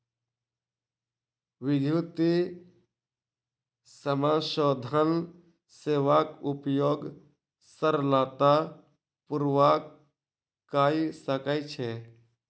विद्युतीय समाशोधन सेवाक उपयोग सरलता पूर्वक कय सकै छै